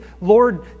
Lord